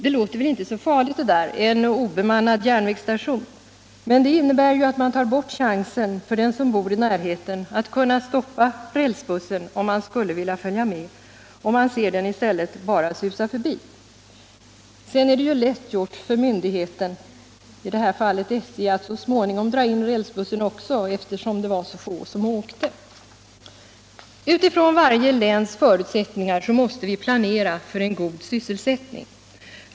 Det låter väl inte så farligt att lägga ner en obemannad järnvägsstation. men det innebär att man tar bort chansen för den som bor i närheten att kunna stoppa rälsbussen om man skulle vilja följa med. Man ser den i stället bara susa förbi. Sedan är det lätt gjort för myndigheterna, i det här fallet SJ, att så småningom dra in rälsbussen också, eftersom det var så få som åkte. Utifrån varje läns förutsättningar måste vi planera för en god sysselsättning.